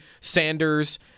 Sanders